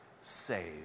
save